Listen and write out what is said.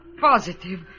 positive